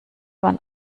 man